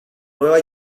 nueva